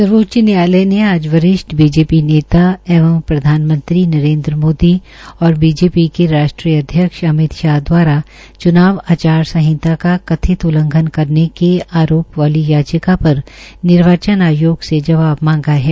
सर्वोच्च न्यायालय ने आज वरिष्ठ बीजेपी नेता एवं प्रधानमंत्री नरेन्द्र मोदी और बीजेपी के राष्ट्रीय अध्यक्ष अमित शाह दवारा चूनाव आचार संहिता का कथित उल्लंघन करने के आरोप वाली याचिका पर पर निर्वाचन आयोग से जवाब मांगा है